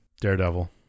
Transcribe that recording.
Daredevil